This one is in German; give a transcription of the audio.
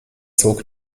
zog